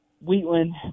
Wheatland